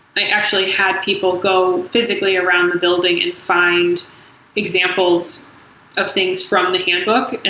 they actually had people go physically around the building and find examples of things from the handbook. and